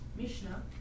Mishnah